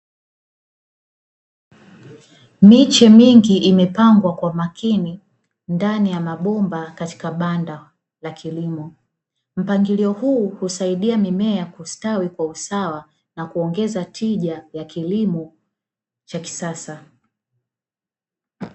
Miche mingi imepangwa kwa makini ndani ya mabomba katika banda la kilimo, mpangilio huu husaidia mimea kustawi kwa usawa na kuongeza tija ya kilimo cha kisasa.